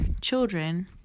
children